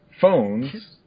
phones